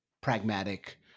pragmatic